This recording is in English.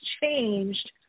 changed